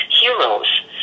heroes